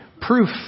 proof